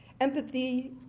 Empathy